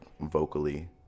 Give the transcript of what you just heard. vocally